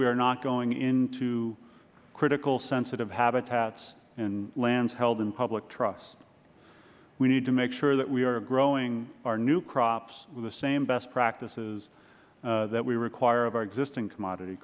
we are not going into critical sensitive habitats and lands held in public trust we need to make sure that we are growing our new crops with the same best practices that we require of our existing commodity